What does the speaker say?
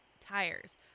tires